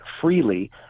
freely